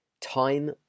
time